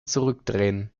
zurückdrehen